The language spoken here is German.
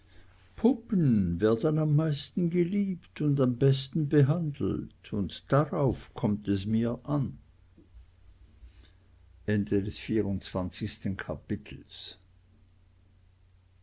puppen werden am meisten geliebt und am besten behandelt und darauf kommt es mir an